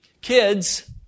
kids